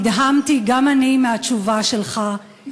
נדהמתי גם אני מהתשובה שלך,